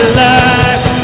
life